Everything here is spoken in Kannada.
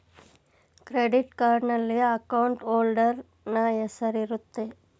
ಕ್ರೆಡಿಟ್ ಕಾರ್ಡ್ನಲ್ಲಿ ಅಕೌಂಟ್ ಹೋಲ್ಡರ್ ನ ಹೆಸರಿರುತ್ತೆ